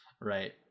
Right